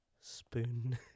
Spoon